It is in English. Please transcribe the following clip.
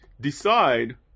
decide